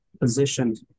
positioned